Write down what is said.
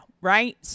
right